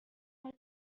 کار